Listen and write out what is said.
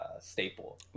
staple